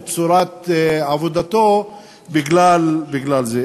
את צורת עבודתו בגלל זה.